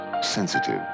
sensitive